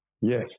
Yes